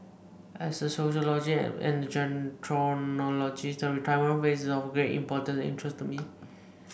as a sociologist and a gerontologist the retirement phase is of great importance and interest to me